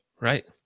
right